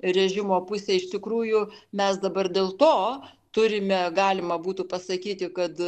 režimo pusę iš tikrųjų mes dabar dėl to turime galima būtų pasakyti kad